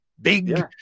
big